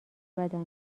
بدم